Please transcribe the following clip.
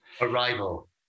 Arrival